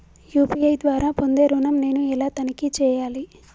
UPI ద్వారా పొందే ఋణం నేను ఎలా తనిఖీ చేయాలి?